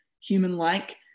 human-like